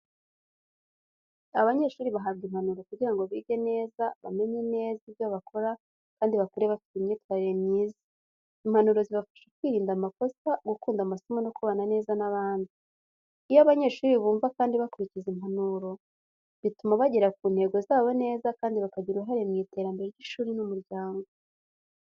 Abanyeshuri bahabwa impanuro kugira ngo bige neza, bamenye neza ibyo bakora kandi bakure bafite imyitwarire myiza. Impanuro zibafasha kwirinda amakosa, gukunda amasomo no kubana neza n’abandi. Iyo abanyeshuri bumva kandi bakurikiza impanuro, bituma bagera ku ntego zabo neza kandi bakagira uruhare mu iterambere ry’ishuri n’umuryango.